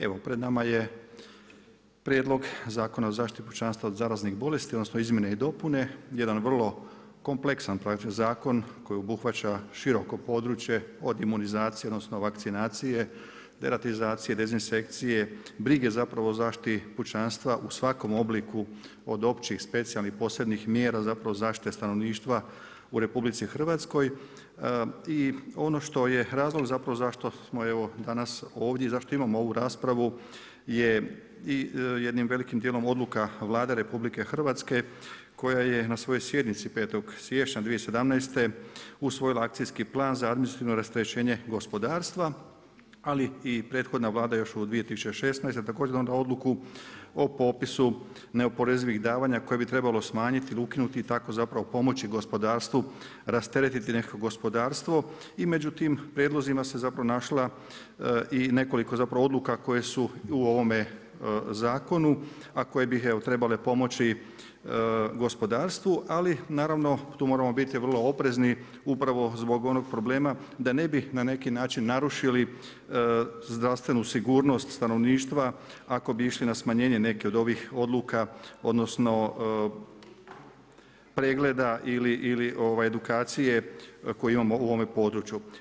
Evo pred nama je Prijedlog Zakona o zaštiti o pučanstva od zaraznih bolesti, odnosno izmjene i dopune, jedan vrlo kompleksan, zakon koji obuhvaća široko područje od imunizacije odnosno vakcinacije, deratizacije, dezinsekcije, brige zapravo o zaštiti pučanstva u svakom obliku od općih, specijalnih, posebnih mjera zapravo zaštite stanovništva u RH i ono što je razlog zapravo zašto smo evo danas ovdje i zašto imamo ovu raspravu je jednim velikim djelom odluka Vlade RH koja je na svojoj sjednici 05. siječnja 2017. usvojila Akcijski plan za administrativno rasterećenje gospodarstva ali i prethodna Vlada još u 2016. također donijela odluku o popisu neoporezivih davanja koje bi trebalo smanjiti ili ukinuti i tako zapravo pomoći gospodarstvu rasteretiti nekako gospodarstvo i među tim prijedlozima se zapravo našla i nekoliko zapravo odluka koje su i u ovome zakonu, a koje bi evo trebale pomoći gospodarstvu ali naravno, tu moramo biti vrlo oprezni, upravo zbog ono problema da ne bi na neki način narušili zdravstvenu sigurnost stanovništva ako bi išli na smanjenje neke od ovih odluka odnosno pregleda ili edukacije koju imamo u ovom području.